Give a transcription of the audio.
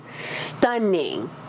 stunning